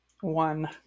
One